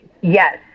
Yes